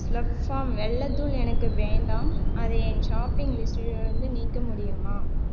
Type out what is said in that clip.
Slurrp Farm வெல்லத் தூள் எனக்கு வேண்டாம் அதை என் ஷாப்பிங் லிஸ்ட்டிலிருந்து நீக்க முடியுமா